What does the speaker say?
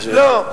לא.